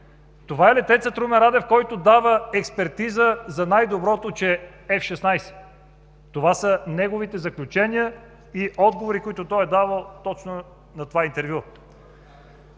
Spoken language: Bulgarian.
Това е летецът Румен Радев, който дава експертиза, че най доброто е F-16. Това са неговите заключения и отговори, които той е давал точно в това интервю.